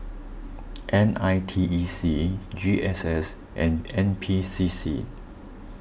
N I T E C G S S and N P C C